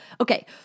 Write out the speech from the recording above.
okay